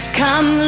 come